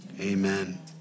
Amen